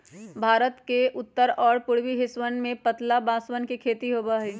भारत के उत्तर और पूर्वी हिस्सवन में पतला बांसवन के खेती होबा हई